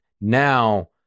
Now